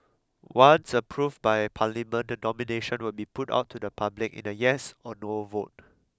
once approved by parliament the nomination will be put on to the public in a yes or no a vote